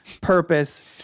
purpose